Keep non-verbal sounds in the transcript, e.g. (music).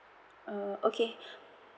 oh okay (breath)